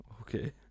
Okay